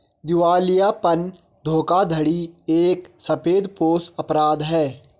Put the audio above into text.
दिवालियापन धोखाधड़ी एक सफेदपोश अपराध है